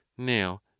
Now